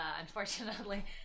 unfortunately